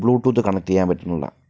Bluetooth connect ചെയ്യാൻ പറ്റണില്ല